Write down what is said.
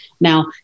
Now